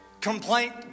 complaint